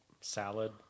salad